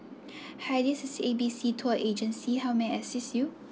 hi this is A_B_C tour agency how may I assist you